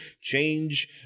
change